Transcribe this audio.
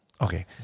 Okay